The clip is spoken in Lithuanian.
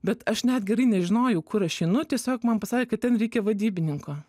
bet aš net gerai nežinojau kur aš einu tiesiog man pasakė kad ten reikia vadybininko